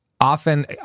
Often